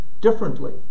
differently